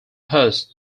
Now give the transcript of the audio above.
hurst